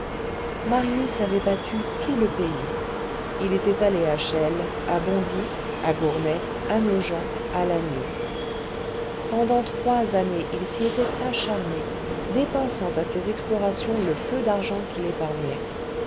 marius avait battu tout le pays il était allé à chelles à bondy à gournay à nogent à lagny pendant trois années il s'y était acharné dépensant à ces explorations le peu d'argent qu'il épargnait